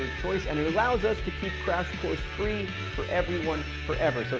choice and it allows us to keep crash course free for everyone forever, so